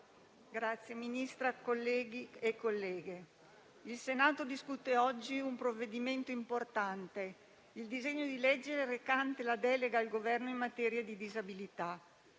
signora Ministra, colleghi e colleghe, il Senato discute oggi un provvedimento importante, il disegno di legge recante la delega al Governo in materia di disabilità.